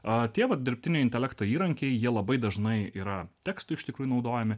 tie vat dirbtinio intelekto įrankiai jie labai dažnai yra tekstu iš tikrųjų naudojami